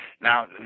Now